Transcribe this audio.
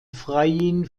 freiin